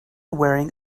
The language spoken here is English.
wearing